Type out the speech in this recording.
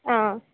ಹಾಂ